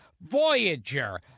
Voyager